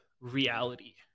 reality